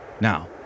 Now